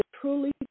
truly